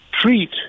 treat